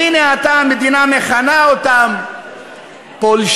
והנה, עתה המדינה מכנה אותם פולשים.